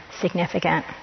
significant